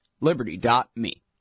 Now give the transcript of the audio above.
Liberty.me